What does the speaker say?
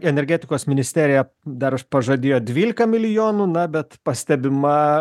energetikos ministerija dar pažadėjo dvylika milijonų na bet pastebima